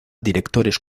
directores